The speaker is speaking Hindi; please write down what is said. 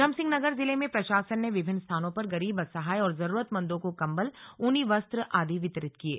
उधमसिंह नगर जिले में प्रशासन ने विभिन्न स्थानों पर गरीब असहाय और जरूरतमंदों को कंबल ऊनी वस्त्र आदि वितरित किये